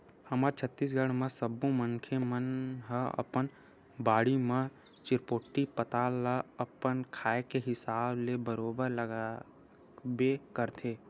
हमर छत्तीसगढ़ म सब्बो मनखे मन ह अपन बाड़ी म चिरपोटी पताल ल अपन खाए के हिसाब ले बरोबर लगाबे करथे